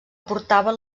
portaven